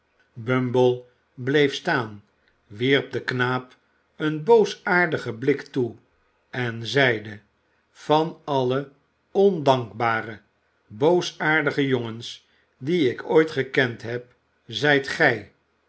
bumble bleef staan wierp den knaap een boosaardigen blik toe en zeide van alle ondankbare boosaardige jongens die ik ooit gekend heb zijt gij